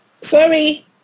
Sorry